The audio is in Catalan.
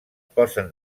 posen